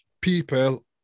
people